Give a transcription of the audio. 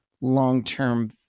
long-term